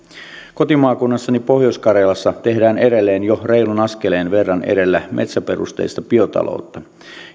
kotimaakunnassani pohjois karjalassa tehdään edelleen jo reilun askeleen verran edellä metsäperusteista biotaloutta